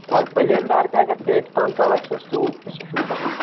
ولہٕ پُلین دار تہِ اگر پییٹہِ پنٛژاہ وسہِ نَس تیٛوٗ سُہ چھُنہٕ پتہٕ